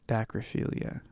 Dacrophilia